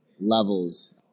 levels